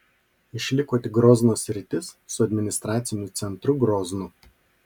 išliko tik grozno sritis su administraciniu centru groznu